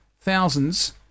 thousands